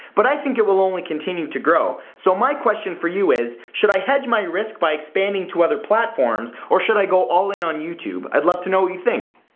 but i think it will only continue to grow. so my question for you is, should i hedge my risk by expanding to other platforms, or should i go all-in on youtube. i'd love to know what you think.